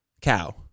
cow